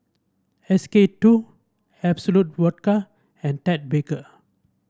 S K two Absolut Vodka and Ted Baker